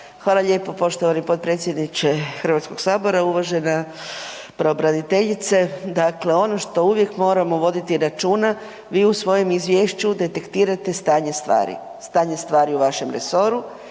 Hvala lijepo poštovani potpredsjedniče Hrvatskog sabora. Uvažena pravobraniteljice dakle ono što uvijek moramo voditi računa vi u svojem izvješću detektirate stanje stvari, stanje stvari u vašem resoru